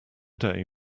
day